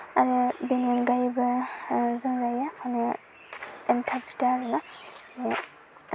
आरो बेनि अनगायैबो जों जायो जानाया एन्थाब फिथा आरो ना